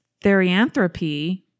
therianthropy